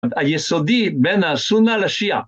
היסודי בין הסונה לשיעה.